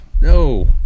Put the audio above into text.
no